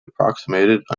approximated